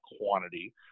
quantity